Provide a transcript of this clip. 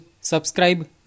subscribe